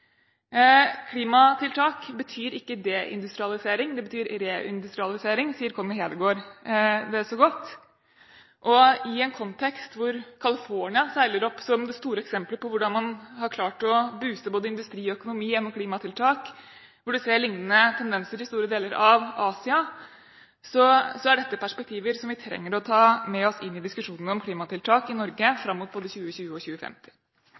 Klimatiltak betyr ikke deindustrialisering, det betyr reindustrialisering, sier Connie Hedegaard så godt. I en kontekst hvor California seiler opp som det store eksempelet på hvordan man har klart å «booste» både industri og økonomi gjennom klimatiltak, og hvor man ser lignende tendenser i store deler av Asia, er dette perspektiver som vi trenger å ta med oss inn i diskusjonene om klimatiltak i Norge fram mot både 2020 og 2050.